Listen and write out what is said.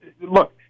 look